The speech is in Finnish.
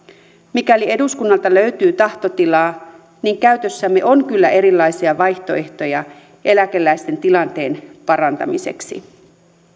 mikäli eduskunnalta löytyy tahtotilaa niin käytössämme on kyllä erilaisia vaihtoehtoja eläkeläisten tilanteen parantamiseksi